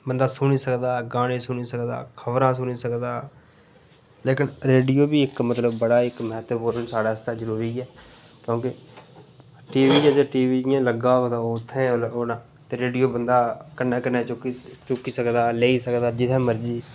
बंदा सुनी सकदा गाने सुनी सकदा खबरां सुनी सकदा लेकन रेडियो बी इक मतलब बड़ा इक म्हत्तवपूर्ण साढ़े आस्तै जरूरी ऐ क्योंकि टी वी ऐ टी वी इ'यां लग्गा होऐ ते उत्थै गै होंदा ऐ ते रेडियो बंदा कन्नै कन्नै चुक्की सकदा लेई सकदा जित्थै मर्जी